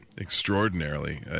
extraordinarily